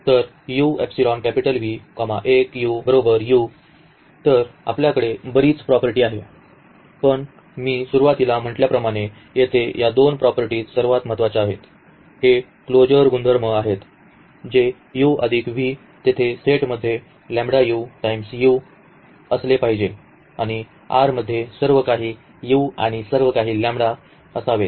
For each being the identity element in तर आपल्याकडे बरीच प्रॉपर्टी आहेत पण मी सुरुवातीला म्हटल्याप्रमाणे येथे या दोन प्रॉपर्टीज सर्वात महत्वाच्या आहेत हे क्लोजर गुणधर्म आहेत जे तेथे सेटमध्ये टाइम्स u असले पाहिजेत आणि R मधे सर्व काही u आणि सर्व काही असावेत